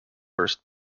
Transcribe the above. first